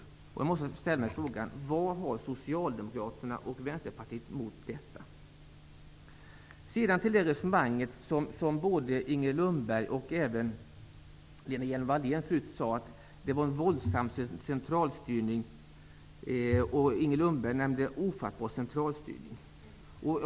Jag måste ställa mig frågan: Vad har Socialdemokraterna och Vänsterpartiet mot detta? Sedan till det resonemang som både Inger Lundberg och Lena Hjelm-Wallén var inne på förut. Lena Hjelm-Wallén sade att det var en våldsam centralstyrning. Inger Lundberg använde uttrycket ofattbar centralstyrning.